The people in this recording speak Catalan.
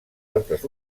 altres